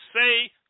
say